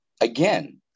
again